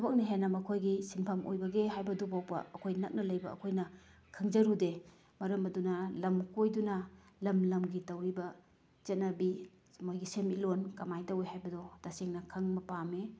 ꯊꯕꯛꯅ ꯍꯦꯟꯅ ꯃꯈꯣꯏꯒꯤ ꯁꯤꯟꯐꯝ ꯑꯣꯏꯕꯒꯦ ꯍꯥꯏꯕꯗꯨ ꯐꯥꯎꯕ ꯑꯩꯈꯣꯏ ꯅꯛꯅ ꯂꯩꯕ ꯑꯩꯈꯣꯏꯅ ꯈꯪꯖꯔꯨꯗꯦ ꯃꯔꯝ ꯑꯗꯨꯅ ꯂꯝ ꯀꯣꯏꯗꯨꯅ ꯂꯝ ꯂꯝꯒꯤ ꯇꯧꯔꯤꯕ ꯆꯠꯅꯕꯤ ꯃꯣꯏꯒꯤ ꯁꯦꯟꯃꯤꯠꯂꯣꯟ ꯀꯃꯥꯏꯅ ꯇꯧꯏ ꯍꯥꯏꯕꯗꯣ ꯇꯁꯦꯡꯅ ꯈꯪꯕ ꯄꯥꯝꯃꯤ